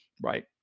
Right